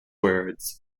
words